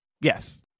Yes